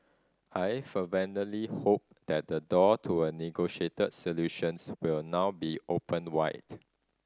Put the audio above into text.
I fervently hope that the door to a negotiated solutions will now be opened wide